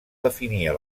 definia